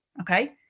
Okay